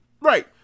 right